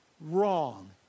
wrong